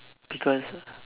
because